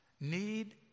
need